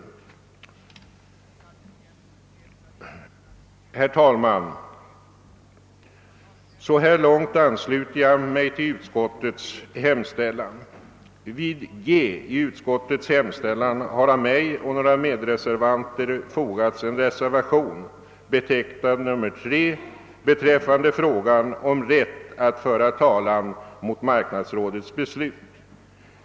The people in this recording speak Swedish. Herr talman! Så långt anluter jag mig till utskottets hemställan. Vid G i utskottets hemställan har av mig och några medreservanter fogats en reservation, betecknad III, beträffande frågan om rätt att föra talan mot marknadsrådets beslut.